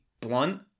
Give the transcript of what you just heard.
blunt